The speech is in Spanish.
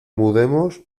mudemos